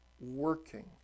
working